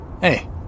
Hey